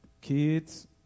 Kids